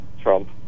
Trump